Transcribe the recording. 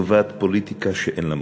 לטובת פוליטיקה שאין לה מקום.